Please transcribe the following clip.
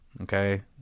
okay